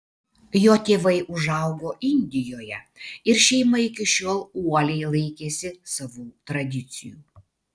jo tėvai užaugo indijoje ir šeima iki šiol uoliai laikėsi savų tradicijų